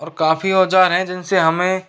और काफ़ी औज़ार हैं जिनसे हमें